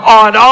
on